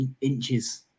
inches